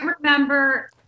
remember